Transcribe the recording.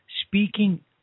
speaking